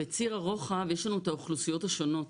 בציר הרוחב יש לנו את האוכלוסיות השונות.